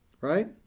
right